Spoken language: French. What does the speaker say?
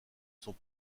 sont